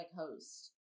host